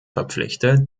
verpflichtet